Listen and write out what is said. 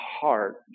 heart